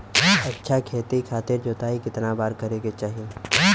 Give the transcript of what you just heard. अच्छा खेती खातिर जोताई कितना बार करे के चाही?